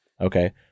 Okay